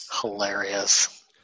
Hilarious